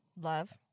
Love